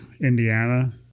indiana